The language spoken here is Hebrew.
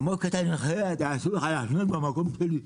--- בחייך, אסור לך לחנות במקום שלי.